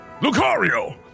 Lucario